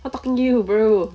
what talking you bro